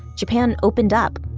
japan opened up.